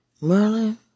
Merlin